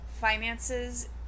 finances